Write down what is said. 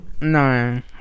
No